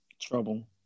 trouble